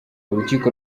urukiko